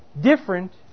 different